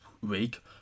week